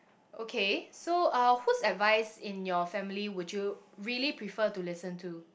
okay so uh who's advice in your family would you really prefer to listen to